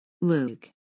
Luke